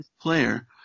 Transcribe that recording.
Player